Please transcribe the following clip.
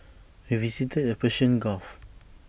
we visited the Persian gulf